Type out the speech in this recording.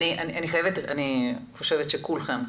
אני חושבת שכולכם,